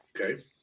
Okay